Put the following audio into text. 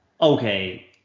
okay